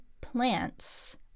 plants